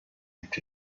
lebt